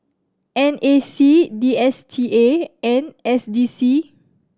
N A C D S T A and S D C